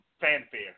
Fanfare